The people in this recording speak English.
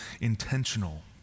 intentional